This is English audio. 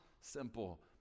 simple